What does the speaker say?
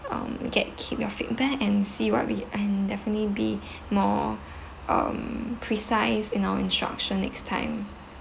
um get keep your feedback and see what we and definitely be more precise um in our instruction next time